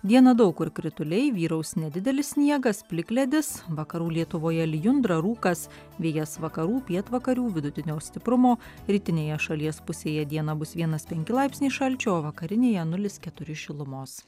dieną daug kur krituliai vyraus nedidelis sniegas plikledis vakarų lietuvoje lijundra rūkas vėjas vakarų pietvakarių vidutinio stiprumo rytinėje šalies pusėje dieną bus vienas penki laipsniai šalčio o vakarinėje nulis keturi šilumos